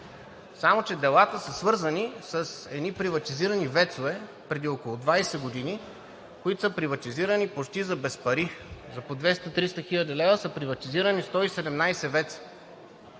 Само че делата са свързани с едни приватизирани ВЕЦ-ове преди около 20 години, които са приватизирани почти за без пари, за по 200 – 300 хил. лв. са приватизирани 117 ВЕЦ-а!